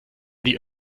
die